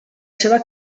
seva